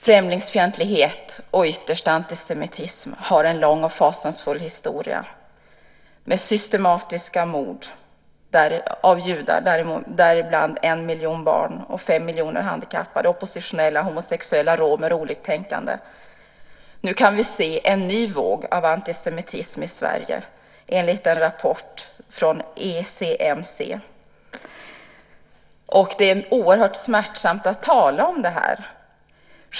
Främlingsfientlighet och ytterst antisemitism har en lång och fasansfull historia med systematiska mord av judar, däribland en miljon barn och fem miljoner handikappade, oppositionella, homosexuella, romer och oliktänkande. Nu kan vi se en ny våg av antisemitism i Sverige, enligt en rapport från EUMC. Det är oerhört smärtsamt att tala om det.